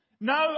No